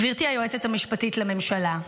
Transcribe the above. גברתי היועצת המשפטית לממשלה,